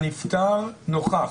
הנפטר נוכח.